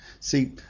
See